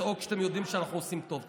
ולצעוק שאתם יודעים שאנחנו עושים טוב.